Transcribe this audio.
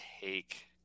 take